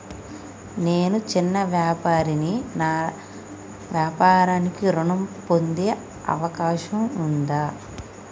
నేను చిన్న వ్యాపారిని నా వ్యాపారానికి ఋణం పొందే అవకాశం ఉందా?